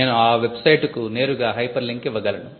నేను ఆ వెబ్సైట్కు నేరుగా హైపర్లింక్ ఇవ్వగలను